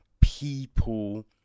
people